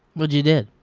what'd you did?